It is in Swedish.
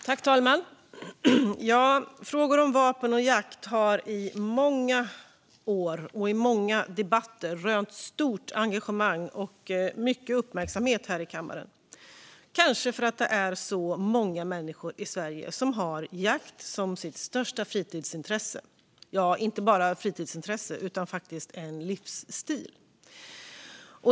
Herr talman! Frågor om vapen och jakt har i många år och i många debatter rönt stort engagemang och mycket uppmärksamhet här i kammaren, kanske för att det är så många människor i Sverige som har jakt som sitt största fritidsintresse - ja, inte bara som fritidsintresse utan som livsstil.